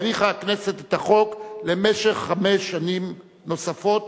האריכה הכנסת את החוק למשך חמש שנים נוספות,